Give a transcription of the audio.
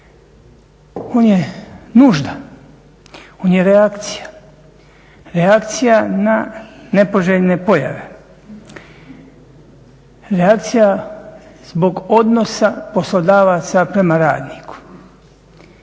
on je nužda, on je reakcija, reakcija na nepoželjne pojave. Reakcija zbog odnosa poslodavaca prema radniku.